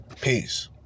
Peace